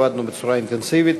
עבדנו בצורה אינטנסיבית,